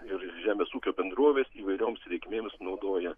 ir žemės ūkio bendrovės įvairioms reikmėms naudoja